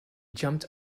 jumped